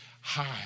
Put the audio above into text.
high